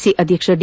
C ಅಧ್ಯಕ್ಷ D